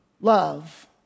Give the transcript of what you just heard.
love